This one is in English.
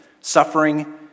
Suffering